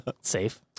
Safe